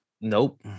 Nope